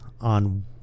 on